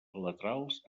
laterals